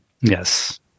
Yes